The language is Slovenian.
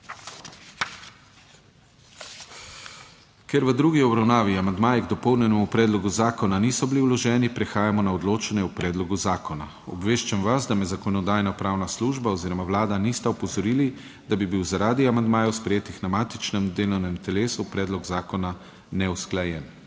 Ker v drugi obravnavi amandmaji k dopolnjenemu predlogu zakona niso bili vloženi, prehajamo na odločanje o predlogu zakona. Obveščam vas, da me Zakonodajno-pravna služba oziroma Vlada nista opozorili, da bi bil zaradi amandmajev sprejetih na matičnem delovnem telesu predlog zakona neusklajen.